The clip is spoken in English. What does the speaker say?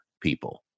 people